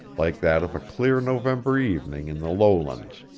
like that of a clear november evening in the lowlands.